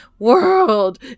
world